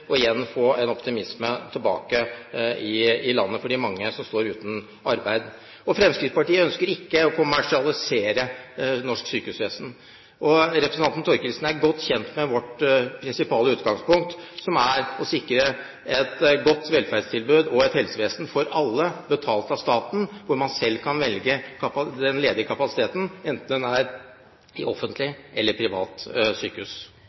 og igjen få en optimisme i landet for de mange som står uten arbeid. Fremskrittspartiet ønsker ikke å kommersialisere norsk sykehusvesen. Representanten Thorkildsen er godt kjent med vårt prinsipale utgangspunkt, som er å sikre et godt velferdstilbud og et helsevesen for alle, betalt av staten, der man selv kan velge den ledige kapasiteten, enten den er ved offentlig eller privat sykehus.